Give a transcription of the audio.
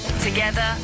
together